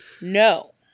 no